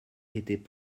étaient